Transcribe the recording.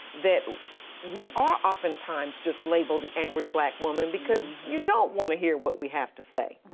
that we are often times just labeled the angry black woman because you don't want to hear what we have to say.